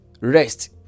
rest